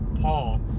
Paul